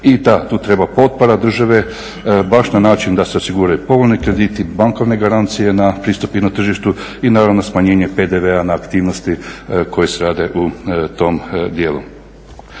I da, tu treba potpora države baš na način da se osiguraju povoljni krediti, bankovne garancije na pristup na tržištu i naravno smanjenje PDV-a na aktivnosti koje se rade u tom dijelu.